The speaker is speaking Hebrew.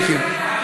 Thank you.